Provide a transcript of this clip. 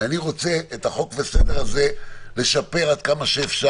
ואני רוצה את החוק והסדר הזה לשפר עד כמה שאפשר.